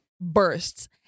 bursts